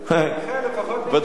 ודאי.